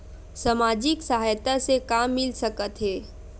सामाजिक सहायता से का मिल सकत हे?